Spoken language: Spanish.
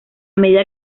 medida